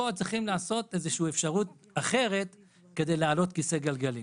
צריך לעשות פה איזושהי אפשרות אחרת כדי להעלות כיסא גלגלים.